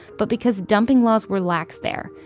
but because dumping laws were lax there,